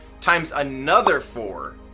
times another four,